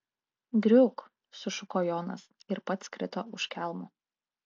griūk sušuko jonas ir pats krito už kelmo